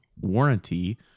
warranty